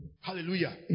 Hallelujah